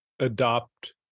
adopt